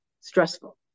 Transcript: stressful